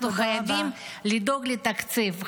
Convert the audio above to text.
אנחנו חייבים לדאוג לתקציב,